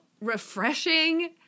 refreshing